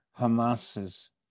Hamas's